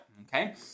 okay